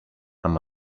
amb